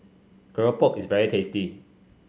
keropok is very tasty